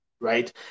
right